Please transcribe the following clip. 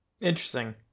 Interesting